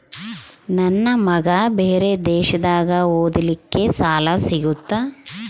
ನನ್ನ ಮಗ ಬೇರೆ ದೇಶದಾಗ ಓದಲಿಕ್ಕೆ ಸಾಲ ಸಿಗುತ್ತಾ?